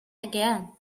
again